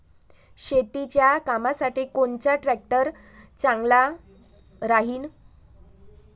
शेतीच्या कामासाठी कोनचा ट्रॅक्टर चांगला राहीन?